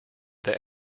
that